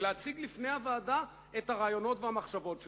ולהציג לפני הוועדה את הרעיונות והמחשבות שלו.